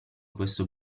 questo